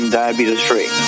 diabetes-free